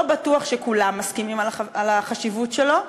לא בטוח שכולם מסכימים על החשיבות שלו.